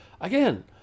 Again